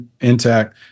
intact